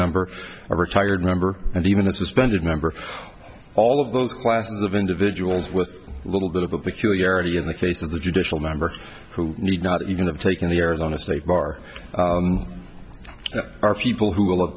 member a retired member and even a suspended member all of those classes of individuals with a little bit of a peculiarity in the case of the judicial member who need not even take in the arizona state bar are people who will